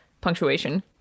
Punctuation